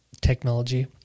technology